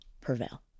prevail